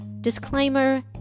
Disclaimer